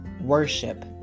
worship